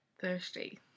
Thirsty